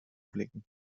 blicken